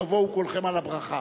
תבואו כולכם על הברכה.